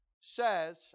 says